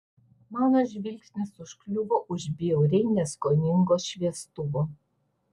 mano žvilgsnis užkliuvo už bjauriai neskoningo šviestuvo